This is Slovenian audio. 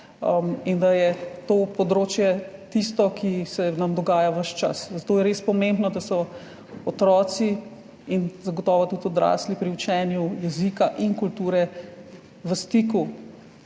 in je to področje tisto, ki se nam dogaja ves čas. Zato je res pomembno, da so otroci in zagotovo tudi odrasli pri učenju jezika in kulture v stiku